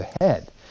ahead